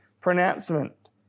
pronouncement